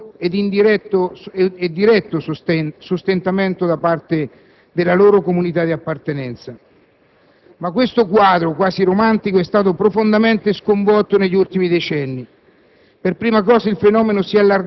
che ricevevano così un pubblico e diretto sostentamento da parte della loro comunità di appartenenza. Ma questo quadro quasi romantico è stato profondamente sconvolto negli ultimi decenni.